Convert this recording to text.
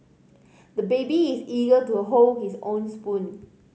the baby is eager to hold his own spoon